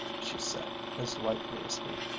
she said, as lightly as he.